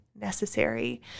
necessary